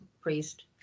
Priest